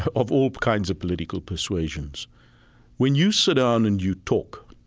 of all kinds of political persuasions when you sit down and you talk,